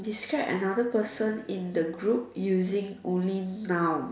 describe another person in the group using only noun